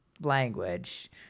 language